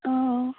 অঁ